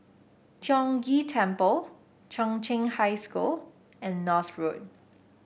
Tiong Ghee Temple Chung Cheng High School and North Road